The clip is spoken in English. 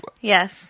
Yes